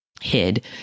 hid